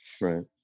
Right